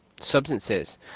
substances